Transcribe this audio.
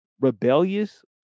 rebellious